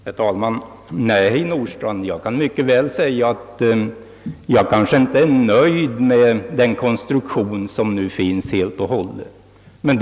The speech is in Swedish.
Herr talman! Nej, herr Nordstrandh, jag kan mycket väl säga att jag inte är helt nöjd med den nuvarande konstruktionen.